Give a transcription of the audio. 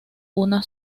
una